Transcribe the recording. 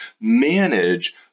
manage